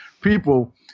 people